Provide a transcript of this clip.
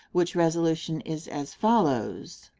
which resolution is as follows